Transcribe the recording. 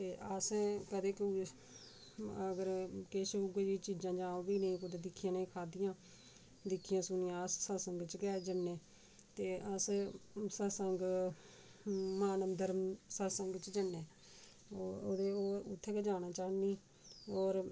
ते असें कदें कोई अगर किश बी कोई चीज़ां जां ओह् बी नी कुदै दिक्खियां नेईं खाद्धियां दिक्खियां सुनियां अस सत्संग च गै जन्ने ते अस सत्संग मानव धर्म सत्संग च जन्ने ओह्दे उत्थें गै जाना चाह्न्नी होर